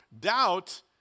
doubt